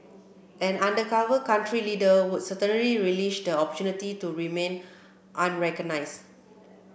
an undercover country leader would certainly relish the opportunity to remain unrecognised